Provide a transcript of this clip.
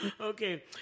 Okay